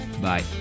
bye